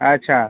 अच्छा